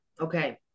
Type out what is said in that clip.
Okay